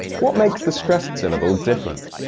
what makes the stressed syllable different?